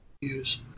use